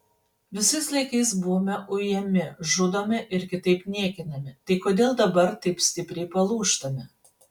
visais laikais buvome ujami žudomi ir kitaip niekinami tai kodėl dabar taip stipriai palūžtame